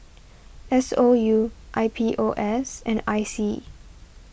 S O U I P O S and I C